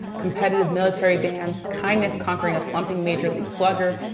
competitive military bands, kindness conquering a slumping major league slugger,